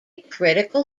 critical